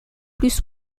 plus